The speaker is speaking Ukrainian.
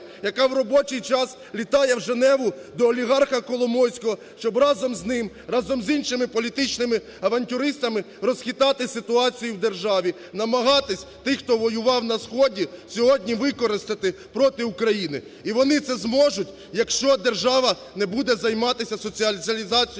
яка у робочий час літає у Женеву до олігарха Коломойського, щоб разом з ним, разом з іншими політичними авантюристами розхитати ситуації у державі, намагатись тих, хто воював на сході, сьогодні використати проти України. І вони це зможуть, якщо держава не буде займатися соціалізацією